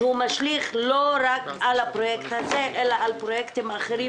שמשליך לא רק על הפרויקט הזה אלא גם על פרויקטים אחרים.